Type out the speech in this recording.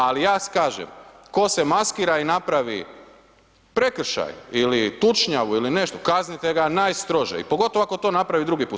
Ali ja kažem, ko se maskira i napravi prekršaj ili tučnjavu ili nešto, kaznite ga najstrože i pogotovo ako to napravi drugi put.